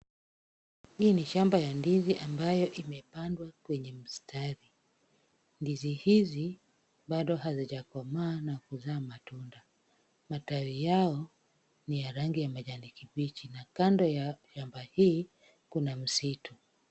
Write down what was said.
Hii ni shamba ya ndizi ambayo imepandwa kwenye mstari. Ndizi hizi bado hazijakomaa na kuzaa matunda. Matawi yao ni ya rangi ya majani kibichi, na kando ya shamba hii kuna msitu.